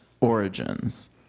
origins